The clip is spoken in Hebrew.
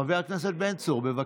חבר הכנסת בן צור, בבקשה.